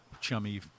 chummy